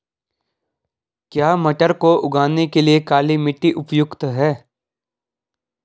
क्या मटर को उगाने के लिए काली मिट्टी उपयुक्त है?